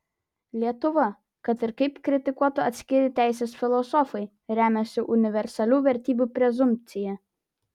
lietuva kad ir kaip kritikuotų atskiri teisės filosofai remiasi universalių vertybių prezumpcija